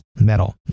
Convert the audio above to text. metal